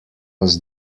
was